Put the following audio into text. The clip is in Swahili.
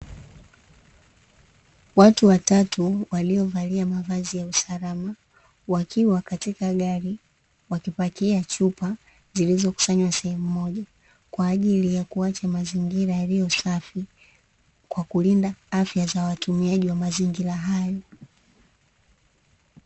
Watu watatu waliovalia mavazi ya usalama, wakiwa katika gari wakipakia chupa zilizokusanywa sehemu moja, kwaajili ya kuacha mazingira yaliyo safi kwa kulinda afya za watumiaji wa mazingira hayo.